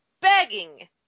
begging